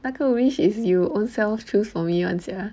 那个 wish is you ownself choose for me [one] sia